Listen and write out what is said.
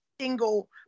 single